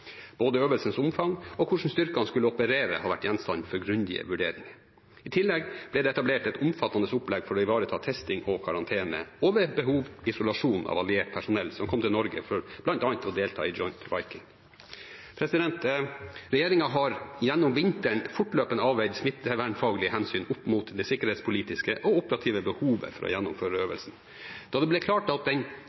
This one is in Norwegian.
Både øvelsens omfang og hvordan styrkene skulle operere, har vært gjenstand for grundige vurderinger. I tillegg ble det etablert et omfattende opplegg for å ivareta testing og karantene, og ved behov isolasjon, av alliert personell som kom til Norge bl.a. for å delta i Joint Viking. Regjeringen har gjennom vinteren fortløpende avveid smittevernfaglige hensyn opp mot det sikkerhetspolitiske og operative behovet for å gjennomføre øvelsen. Da det ble klart at den